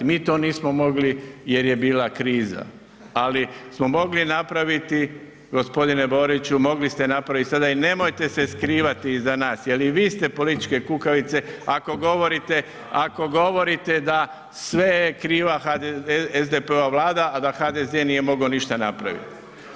Mi to nismo mogli jer je bila kriza, ali smo mogli napraviti gospodine Boriću mogli ste napraviti sada i nemojte se skrivati iza nas jel i vi ste političke kukavice ako govorite da sve je kriva SDP-ova vlada, a da HDZ nije mogao ništa napraviti.